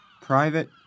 Private